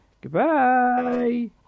Goodbye